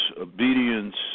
obedience